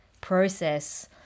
process